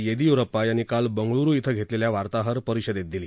येडियुरप्पा यांनी काल बंगळुरू इथं घेतलेल्या वार्ताहर परिषदेत दिली